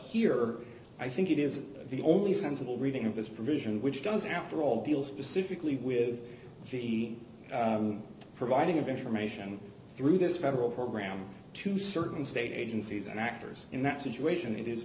here i think it is the only sensible reading of this provision which does after all deals pacifically with the providing of information through this federal program to certain state agencies and actors in that situation it is